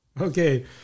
Okay